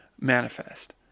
manifest